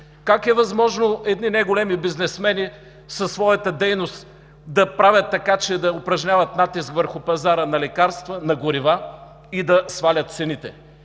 Как е възможно едни неголеми бизнесмени със своята дейност да правят така, че да упражняват натиск върху пазара на лекарства, на горива и да свалят цените?!